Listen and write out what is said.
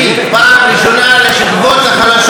פעם ראשונה לשכבות החלשות.